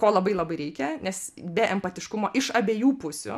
ko labai labai reikia nes be empatiškumo iš abiejų pusių